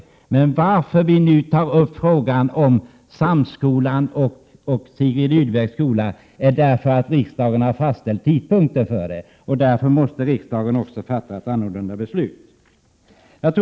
Skälet till att vi nu tar upp bidraget till Göteborgs samskola och Sigrid Rudebecks skola är att riksdagen har fastställt en tidpunkt för detta och därför måste fatta ett nytt beslut.